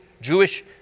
Jewish